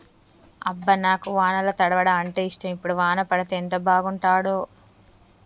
అబ్బ నాకు వానల తడవడం అంటేఇష్టం ఇప్పుడు వాన పడితే ఎంత బాగుంటాడో